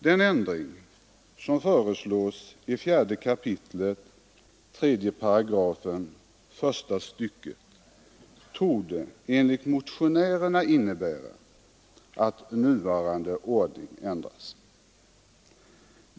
Den ändring som föreslås i 4 kap. 3 § första stycket torde enligt motionärerna innebära att nuvarande ordning ändras.